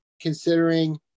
considering